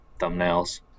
thumbnails